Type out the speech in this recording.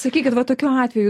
sakykit va tokiu atveju